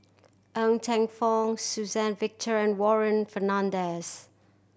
Ng Teng Fong Suzann Victor and Warren Fernandez